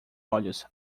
olhos